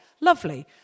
lovely